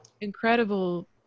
incredible